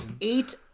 eight